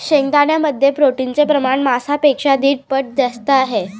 शेंगदाण्यांमध्ये प्रोटीनचे प्रमाण मांसापेक्षा दीड पट जास्त आहे